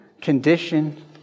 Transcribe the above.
condition